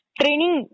training